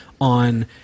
on